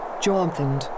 Jonathan